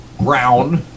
brown